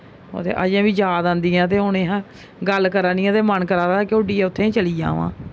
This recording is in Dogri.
अजें बी याद आंदी ऐ ते हून ए हा गल्ल करां निं आं ते मन करा दा के उड्डियै उत्थै ई चली जामां